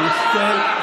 אי-אפשר לשמוע אותך.